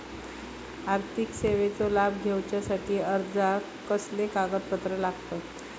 आर्थिक सेवेचो लाभ घेवच्यासाठी अर्जाक कसले कागदपत्र लागतत?